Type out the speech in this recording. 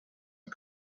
and